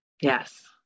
Yes